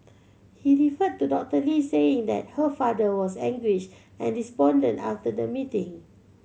he referred to Doctor Lee saying that her father was anguished and despondent after the meeting